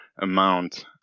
amount